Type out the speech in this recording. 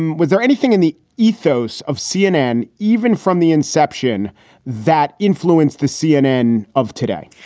and was there anything in the ethos of cnn, even from the inception that influenced this cnn of today?